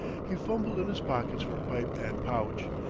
he fumbled in his pockets for pipe and pouch,